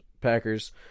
Packers